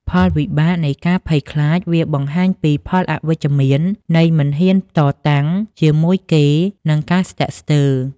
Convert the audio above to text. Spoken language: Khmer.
ផលវិបាកនៃការភ័យខ្លាច វាបង្ហាញពីផលអវិជ្ជមាននៃ មិនហ៊ានតតាំងជាមួយគេ និង ការស្ទាក់ស្ទើរ។